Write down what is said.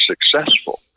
successful